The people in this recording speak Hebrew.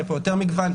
יהיה פה יותר מגוון,